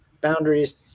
boundaries